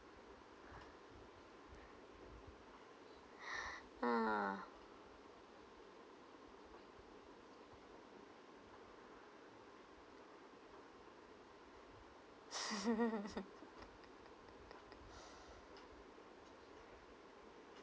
ah